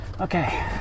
Okay